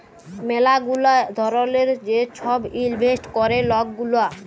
ম্যালা গুলা ধরলের যে ছব ইলভেস্ট ক্যরে লক গুলা